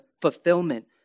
fulfillment